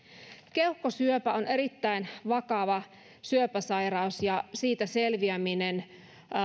keuhkosyöpä on erittäin vakava syöpäsairaus ja siitä selviäminen